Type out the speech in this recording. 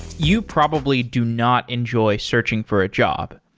you probably do not enjoy searching for a job.